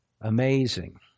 Amazing